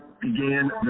began